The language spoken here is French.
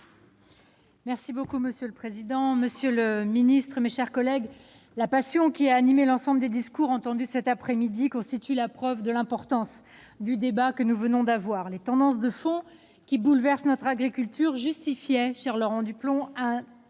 de la demande. Monsieur le président, monsieur le ministre, mes chers collègues, la passion qui a animé l'ensemble des discours entendus cet après-midi constitue la preuve de l'importance du débat que nous venons d'avoir. Les tendances de fond qui bouleversent notre agriculture justifiaient un rapport tirant